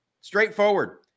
straightforward